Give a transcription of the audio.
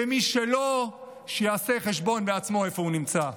ומי שלא, שיעשה חשבון בעצמו איפה הוא נמצא.